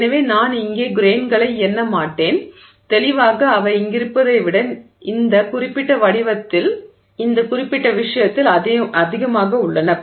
எனவே நான் இங்கே கிரெய்ன்களை எண்ண மாட்டேன் தெளிவாக அவை இங்கிருப்பதை விட இந்த குறிப்பிட்ட விஷயத்தில் அதிகமாக உள்ளன